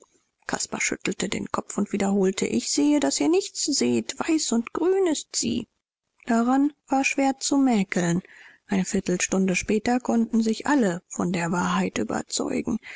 caspar schüttelte den kopf und wiederholte ich sehe daß ihr nichts seht weiß und grün ist sie daran war schwer zu mäkeln eine viertelstunde später konnten sich alle von der wahrheit überzeugen